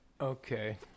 Okay